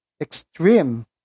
Extreme